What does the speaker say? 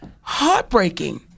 heartbreaking